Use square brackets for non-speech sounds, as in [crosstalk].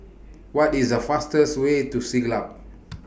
What IS The fastest Way to Siglap [noise]